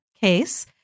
case